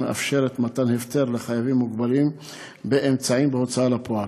המאפשרת מתן הפטר לחייבים מוגבלים באמצעים בהוצאה לפועל.